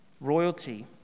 royalty